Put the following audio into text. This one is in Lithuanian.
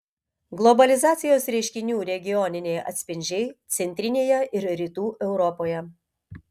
globalizacijos reiškinių regioniniai atspindžiai centrinėje ir rytų europoje